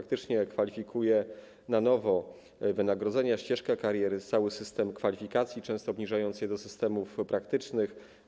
Kwalifikuje na nowo wynagrodzenia, ścieżkę kariery, cały system kwalifikacji, często obniżając je do systemów praktycznych.